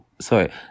sorry